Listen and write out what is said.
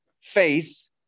faith